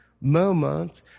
moment